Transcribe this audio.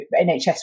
NHS